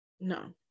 No